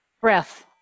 Breath